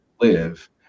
live